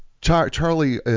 Charlie